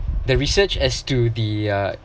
the research as to the uh